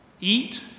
Eat